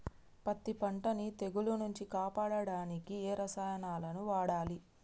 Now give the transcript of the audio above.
పత్తి పంటని తెగుల నుంచి కాపాడడానికి ఏ రసాయనాలను వాడాలి?